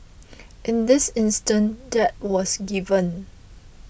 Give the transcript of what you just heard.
in this instance that was given